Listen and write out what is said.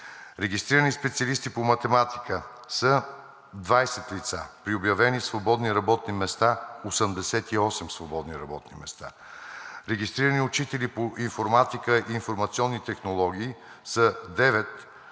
регистрирани специалисти по математика са 20 лица, при обявени 88 свободни работни места; регистрирани учители по „Информатика и информационни технологии“ са 9 лица,